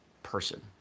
person